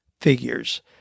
figures